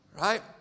Right